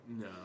No